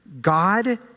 God